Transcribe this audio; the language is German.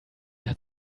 hat